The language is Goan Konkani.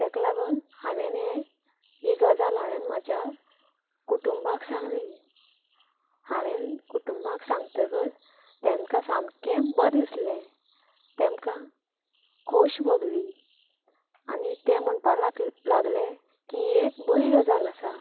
तेका लागून हांवेन हें ही गजाल हांवेन म्हाज्या कुटूंबाक सांगली हांवेन कुटूंबाक सांगतगर तेंमकां सामकें बरें दिसलें तेंमकां खोस भोगली आनी ते म्हाणपाक लाग लागले की एक बरी गजाल आसा